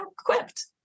equipped